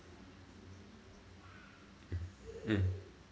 mm